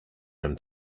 him